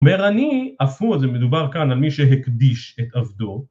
אומר אני, אף הוא זה מדובר כאן על מי שהקדיש את עבדו